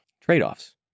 Trade-offs